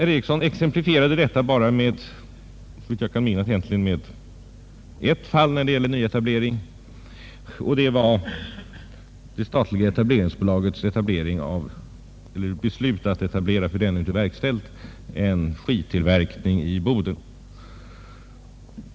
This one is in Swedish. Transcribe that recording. Detta exemplifierade herr Ericsson, såvitt jag kan minnas, bara med ett fall när det gällde nyetablering, nämligen det statliga etableringsbolagets beslut — det är ännu inte verkställt — att etablera skidtillverkning i Boden.